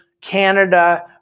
Canada